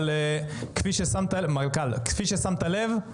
אבל כפי ששמת לב,